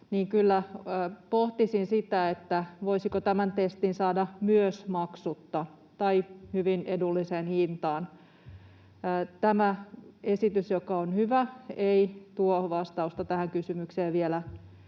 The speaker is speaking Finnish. niin kyllä pohtisin sitä, voisiko tämän testin saada myös maksutta tai hyvin edulliseen hintaan. Tämä esitys, joka on hyvä, ei tuo vastausta tähän kysymykseen vielä